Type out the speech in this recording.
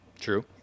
True